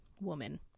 Woman